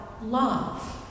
Love